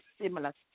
similar